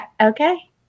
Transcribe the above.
okay